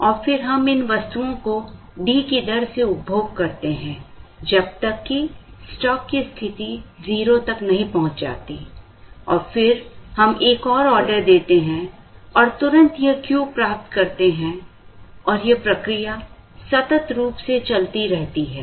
और फिर हम इन वस्तुओं को D की दर से उपभोग करते हैं जब तक कि स्टॉक की स्थिति 0 तक नहीं पहुंच जाती है और फिर हम एक और आर्डर देते हैं और तुरंत यह Q प्राप्त करते हैं और यह प्रक्रिया सतत रूप से चलती रहती है